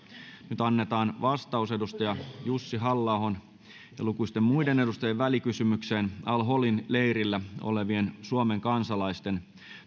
nyt annetaan vastaus jussi halla ahon ja lukuisten muiden edustajien välikysymykseen al holin leirillä olevien suomen kansalaisten